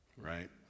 right